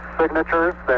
signatures